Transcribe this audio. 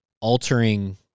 altering